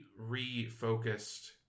refocused